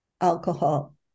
alcohol